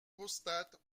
constate